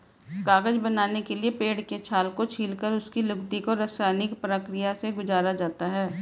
कागज बनाने के लिए पेड़ के छाल को छीलकर उसकी लुगदी को रसायनिक प्रक्रिया से गुजारा जाता है